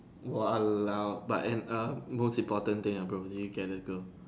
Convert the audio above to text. !walao! but and um most important thing bro did you get the girl